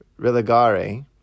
Religare